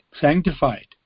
sanctified